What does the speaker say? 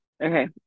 Okay